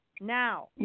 Now